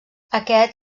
aquest